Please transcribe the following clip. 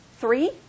Three